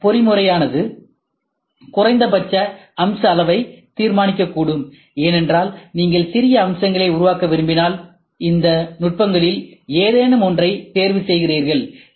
இந்த பொறிமுறையானது குறைந்தபட்ச அம்ச அளவை தீர்மானிக்கக்கூடும் ஏனென்றால் நீங்கள் சிறிய அம்சங்களை உருவாக்க விரும்பினால் இந்த நுட்பங்களில் ஏதேனும் ஒன்றைத் தேர்வுசெய்கிறீர்கள்